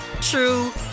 true